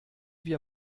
wir